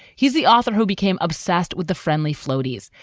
he's the author who became obsessed with the friendly floaties,